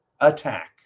attack